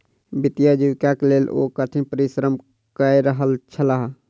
वित्तीय आजीविकाक लेल ओ कठिन परिश्रम कय रहल छलाह